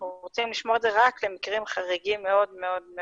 אנחנו רוצים לשמור את זה רק למקרים חריגים מאוד מאוד מאוד